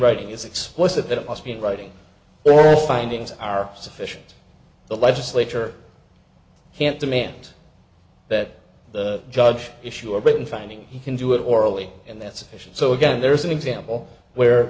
writing is explicit that it must be in writing or findings are sufficient the legislature can't demand that the judge issue a written finding he can do it orally in that situation so again there's an example where